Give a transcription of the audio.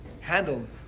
handled